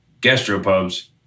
gastropubs